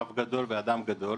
רב גדול ואדם גדול.